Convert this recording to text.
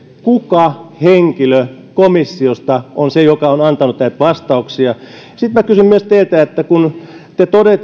kuka henkilö komissiosta on se joka on antanut näitä vastauksia sitten minä kysyn myös teiltä kun te